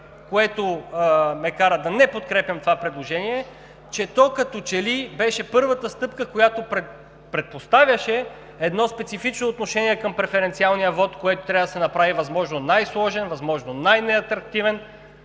което ме кара да не подкрепям това предложение – то като че ли беше първата стъпка, която предпоставяше едно специфично отношение към преференциалния вот, който трябва да се направи възможно най-сложен, възможно най-неатрактивен,